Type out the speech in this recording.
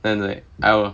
then like I will